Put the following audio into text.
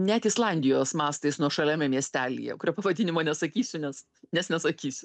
net islandijos mastais nuošaliame miestelyje kurio pavadinimo nesakysiu nes nes nesakysiu